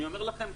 אני אומר לכם,